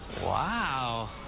Wow